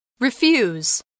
Refuse